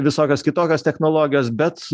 visokios kitokios technologijos bet